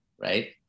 Right